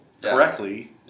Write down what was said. correctly